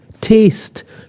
Taste